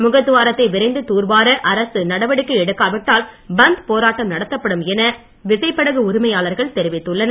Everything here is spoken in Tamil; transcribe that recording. முகதுவாரத்தை விரைந்து தூர் வார அரசு நடவடிக்கை எடுக்காவிட்டால் பந்த் போராட்டம் நடத்தப்படும் என விசைப்படகு உரிமையாளர்கள் தெரிவித்துள்ளனர்